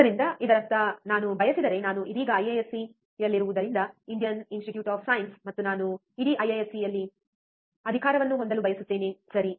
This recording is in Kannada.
ಆದ್ದರಿಂದ ಇದರರ್ಥ ನಾನು ಬಯಸಿದರೆ ನಾನು ಇದೀಗ ಐಐಎಸ್ಸಿಯಲ್ಲಿರುವುದರಿಂದ ಇಂಡಿಯನ್ ಇನ್ಸ್ಟಿಟ್ಯೂಟ್ ಆಫ್ ಸೈನ್ಸ್ ಮತ್ತು ನಾನು ಇಡೀ ಐಐಎಸ್ಸಿ ಯಲ್ಲಿ ಅಧಿಕಾರವನ್ನು ಹೊಂದಲು ಬಯಸುತ್ತೇನೆ ಸರಿ